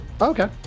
Okay